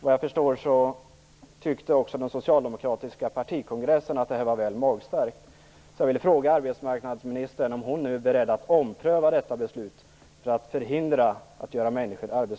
Vad jag förstår tyckte också den socialdemokratiska partikongressen att detta var väl magstarkt.